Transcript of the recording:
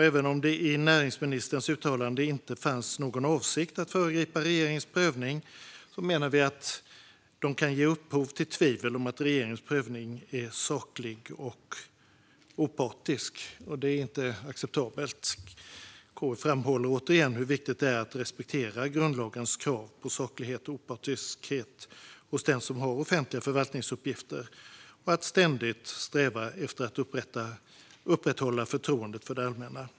Även om det i näringsministerns uttalande inte fanns någon avsikt att föregripa regeringens prövning menar vi att det kan ge upphov till tvivel om att regeringens prövning är saklig och opartisk, och det är inte acceptabelt. KU framhåller återigen hur viktigt det är att respektera grundlagens krav på saklighet och opartiskhet hos den som har offentliga förvaltningsuppgifter och att ständigt sträva efter att upprätthålla förtroendet för det allmänna.